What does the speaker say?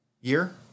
year